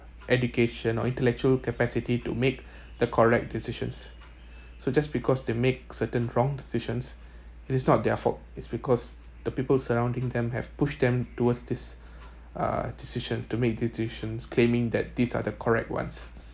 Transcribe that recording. education or intellectual capacity to make the correct decisions so just because they make certain wrong decisions it is not their fault it's because the people surrounding them have pushed them towards this uh decision to make decisions claiming that these are the correct ones